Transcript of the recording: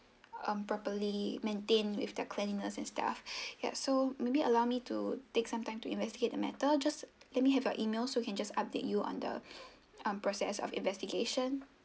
um properly maintained with their cleanliness and staff yup so maybe allow me to take some time to investigate the matter just let me have your emails so can just update you on the um process of investigation